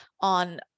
on